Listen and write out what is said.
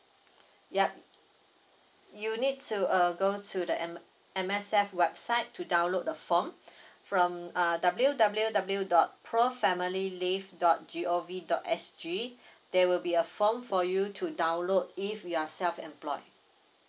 yup you need to uh go to the M M_S_F I myself website to download the form from uh W W W dot pro family live dot G O V dot S G there will be a form for you to download if you are self employe